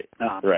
right